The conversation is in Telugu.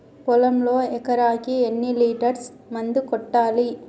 పొలంలో ఎకరాకి ఎన్ని లీటర్స్ మందు కొట్టాలి?